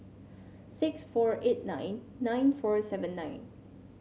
six four eight nine nine four seven nine